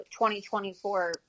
2024